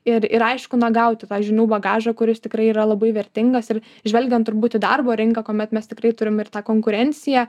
ir ir aiškuna gauti tą žinių bagažą kuris tikrai yra labai vertingas ir žvelgiant turbūt į darbo rinką kuomet mes tikrai turim ir tą konkurenciją